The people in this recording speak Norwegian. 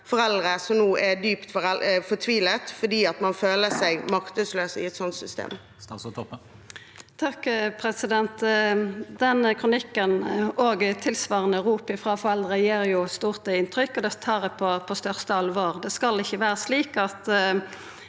foreldre som nå er dypt fortvilet fordi man føler seg maktesløs i et slikt system. Statsråd Kjersti Toppe Den kronikken og tilsvarande rop frå foreldre gjer eit stort inntrykk, og eg tar det på største alvor. Det skal ikkje vera slik at